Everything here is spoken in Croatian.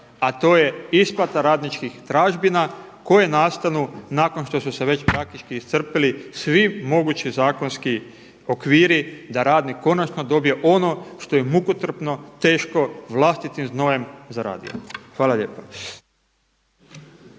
a to je isplata radničkih tražbina koje nastanu nakon što su se već praktički iscrpili svi mogući zakonski okviri da radnik konačno dobije ono što je mukotrpno, teško, vlastitim znojem zaradio. Hvala lijepa.